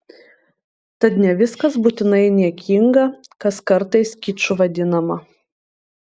tad ne viskas būtinai niekinga kas kartais kiču vadinama